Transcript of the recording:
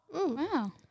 wow